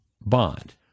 bond